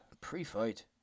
pre-fight